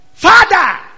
father